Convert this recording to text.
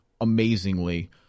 amazingly